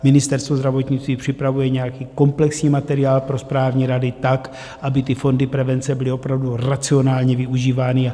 Ministerstvo zdravotnictví připravuje nějaký komplexní materiál pro správní rady tak, aby fondy prevence byly opravdu racionálně využívány.